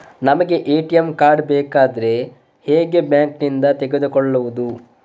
ನಮಗೆ ATM card ಬೇಕಾದ್ರೆ ಹೇಗೆ ಬ್ಯಾಂಕ್ ನಿಂದ ತೆಗೆದುಕೊಳ್ಳುವುದು?